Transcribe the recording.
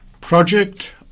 Project